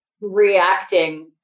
reacting